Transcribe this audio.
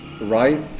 right